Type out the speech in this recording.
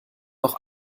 noch